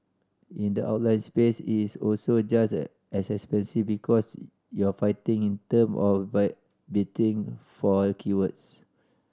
in the outline space is also just as expensive because you're fighting in term of by bidding for keywords